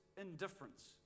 indifference